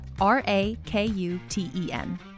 R-A-K-U-T-E-N